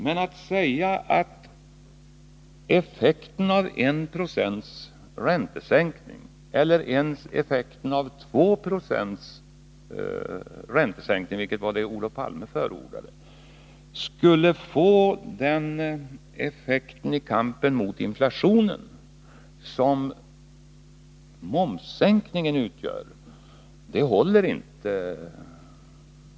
Menaatt påstå att 1 20 räntesänkning -— eller ens 2 90 räntesänkning, vilket var det som Olof Palme förordade — skulle få samma effekt i kampen mot inflationen som en momssänkning håller inte.